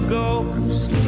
Ghost